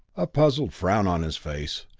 a puzzled frown on his face.